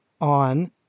on